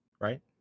Right